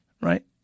Right